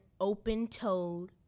open-toed